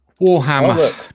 Warhammer